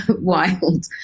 wild